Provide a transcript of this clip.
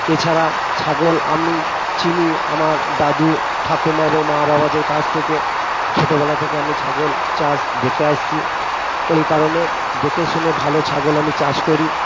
এছাড়া ছাগল আমি চিনি আমার দাদু ঠাকুমা এবং মা বাবাদের কাছ থেকে ছোটোবেলা থেকে আমি ছাগল চাষ দেখে আসছি ওই কারণে দেখে শুনে ভালো ছাগল আমি চাষ করি